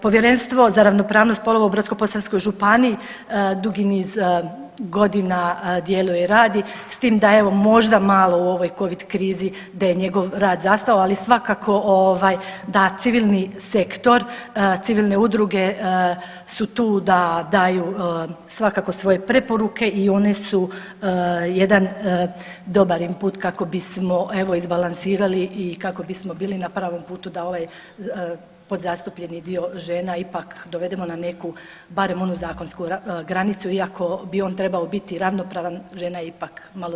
Povjerenstvo za ravnopravnost spolova u Brodsko-posavskoj županiji dugi niz godina djeluje i radi s tim da evo možda malo u ovoj Covid krizi da je njegov rad zastao, ali svakako ovaj da civilni sektor, civilne udruge su tu da daju svakako svoje preporuke i one su jedan dobar input kako bismo evo izbalansirali i kako bismo bili na pravom putu da ovaj podzastupljeni dio žena ipak dovedeno na neku barem onu zakonsku granicu iako bi on trebao biti ravnopravan žena je ipak malo više.